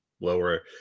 lower